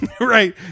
right